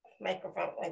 microphone